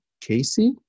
Casey